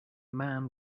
man